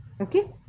Okay